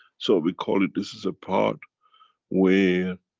so we call it this is a part where